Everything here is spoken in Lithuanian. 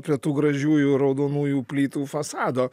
prie tų gražiųjų raudonųjų plytų fasado